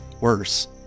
Worse